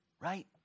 right